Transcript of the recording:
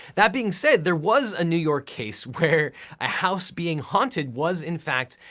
that being said, there was a new york case where a house being haunted was, in fact,